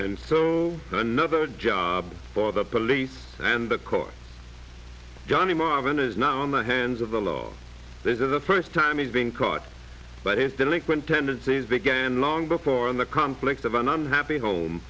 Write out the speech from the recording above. another job for the police and the court johnny marvin is now in the hands of the law this is the first time he's been caught but he's delinquent tendencies began long before in the conflicts of an unhappy home